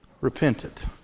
repentant